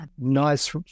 nice